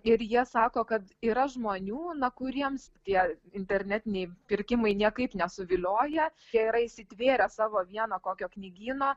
ir jie sako kad yra žmonių na kuriems tie internetiniai pirkimai niekaip nesuvilioja jie yra įsitvėrę savo vieno kokio knygyno